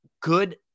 good